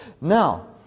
Now